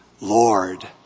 Lord